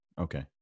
Okay